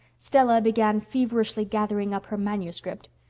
stella began feverishly gathering up her manuscript.